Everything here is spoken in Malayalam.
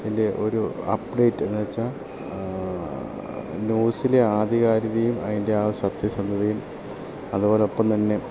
അതിൻ്റെ ഒരു അപ്ഡേറ്റ് എന്ന് വെച്ചാൽ ന്യൂസിലെ ആധികാരികതയും അതിൻ്റെ ആ സത്യസന്ധതയും അതുപോലെ ഒപ്പംതന്നെ